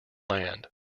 land